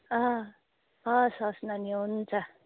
हस् हस् नानी हुन्छ